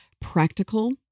practical